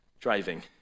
driving